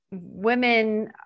women